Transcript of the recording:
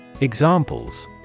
Examples